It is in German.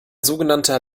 sogenannter